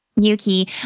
Yuki